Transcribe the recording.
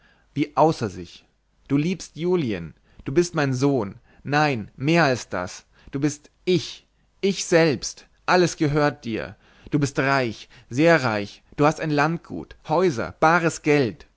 wie außer sich du liebst julien du bist mein sohn nein mehr als das du bist ich ich selbst alles gehört dir du bist reich sehr reich du hast ein landgut häuser bares geld